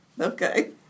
Okay